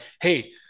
hey